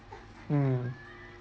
mm